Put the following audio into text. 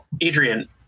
Adrian